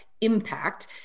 impact